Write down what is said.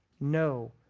no